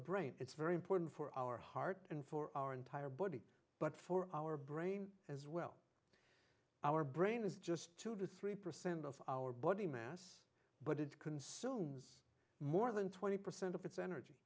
brain it's very important for our heart and for our entire body but for our brain as well our brain is just two to three percent of our body mass but it consumes more than twenty percent of its energy